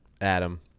Adam